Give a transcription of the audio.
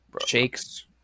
Shakes